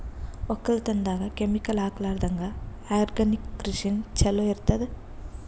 ಒಕ್ಕಲತನದಾಗ ಕೆಮಿಕಲ್ ಹಾಕಲಾರದಂಗ ಆರ್ಗ್ಯಾನಿಕ್ ಕೃಷಿನ ಚಲೋ ಇರತದ